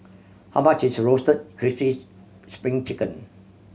how much is roasted crispy's Spring Chicken